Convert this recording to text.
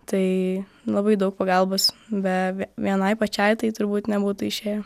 tai labai daug pagalbos be vienai pačiai tai turbūt nebūtų išėję